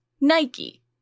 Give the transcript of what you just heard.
Nike